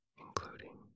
including